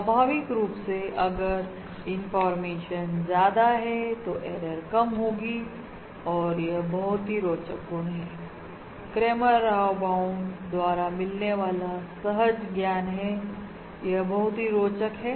स्वाभाविक रूप से अगर इंफॉर्मेशन ज्यादा है तो एरर कम होगी और यह बहुत ही रोचक गुण है क्रैमर राव बाउंड द्वारा मिलने वाला सहज ज्ञान है यह बहुत ही रोचक है